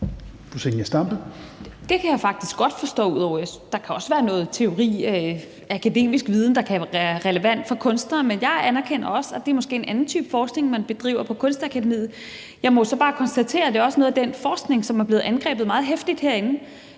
Det kan jeg faktisk godt forstå. Der kan også være noget teori og akademisk viden, der kan være relevant for kunstnere, men jeg anerkender også, at det måske er en anden type forskning, man bedriver på Kunstakademiet. Jeg må jo så bare konstatere, at det også er noget af den forskning, som er blevet angrebet meget heftigt herinde,